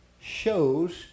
shows